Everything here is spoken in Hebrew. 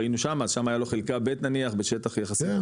ראינו שם אז שם היה לו חלקה ב' נניח בשטח יחסי,